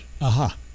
Aha